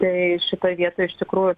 tai šitoj vietoj iš tikrųjų